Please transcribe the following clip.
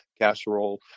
casserole